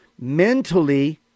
mentally